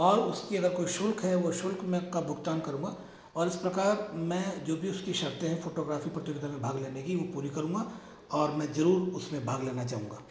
और उसकी अगर कोई शुल्क है वो शुल्क में का भुगतान करूँगा और इस प्रकार मैं जो भी उसकी शर्तें हैं फोटोग्राफी प्रतियोगिता में भाग लेने की वो पूरी करूँगा और मैं ज़रूर उसमें भाग लेना चाहूँगा